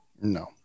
No